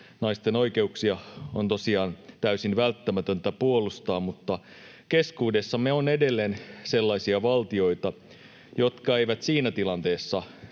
Naisten oikeuksia on tosiaan täysin välttämätöntä puolustaa, mutta keskuudessamme on edelleen sellaisia valtioita, jotka eivät näitä sitten